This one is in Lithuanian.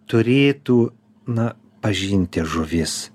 turėtų na pažinti žuvis